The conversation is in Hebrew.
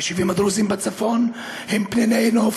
היישובים הדרוזיים בצפון הם פניני נוף